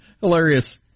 Hilarious